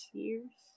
years